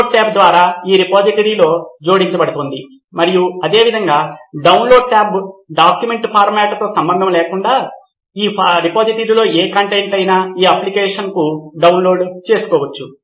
upload tab ద్వారా ఈ రిపోజిటరీలో జోడించబడుతోంది మరియు అదేవిధంగా డౌన్లోడ్ ట్యాబ్లో డాక్యుమెంట్ ఫార్మాట్తో సంబంధం లేకుండా ఈ రిపోజిటరీలో ఏ కంటెంట్ అయినా ఈ అప్లికేషన్కు డౌన్లోడ్ చేసుకోవచ్చు